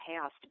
past